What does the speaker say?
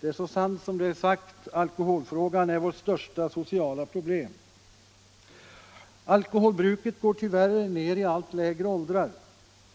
Det är så sant som det är sagt: Alkoholfrågan är vårt största sociala problem. Alkoholbruket går tyvärr ner i allt lägre åldrar.